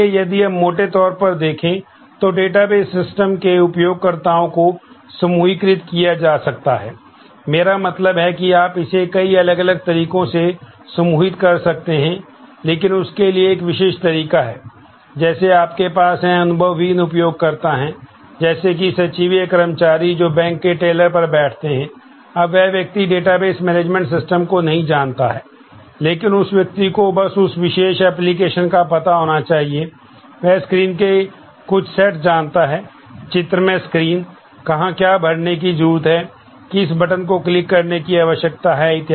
इसलिए यदि हम मोटे तौर पर देखें तो डेटाबेस को उपयोग कर सकता है